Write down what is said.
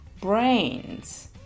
brains